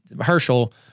Herschel